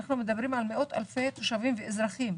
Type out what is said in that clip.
אנחנו מדברים על מאות-אלפי תושבים ואזרחים.